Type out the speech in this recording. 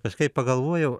kažkaip pagalvojau